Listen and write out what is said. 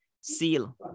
Seal